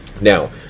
Now